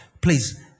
Please